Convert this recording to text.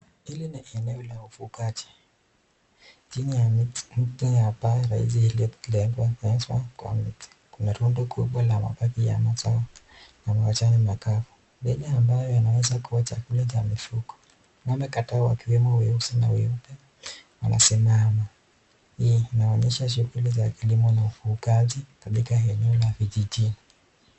Hili ni eneo la ufugaji, chini ya mti ya mti kuna rundu kubwa ya mabaki ya mazao ya majani makavu, yanaweza kuwa chakula cha mifugo, ng'ombe kadhaaa wekiwemo weusi na weupe wamesimama, hii inaonyesha shughuli za kilimo za ufugaji katika eneo la kijijini.